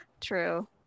true